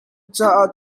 caah